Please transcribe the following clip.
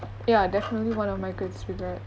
ya definitely one of my greatest regrets